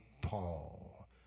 Paul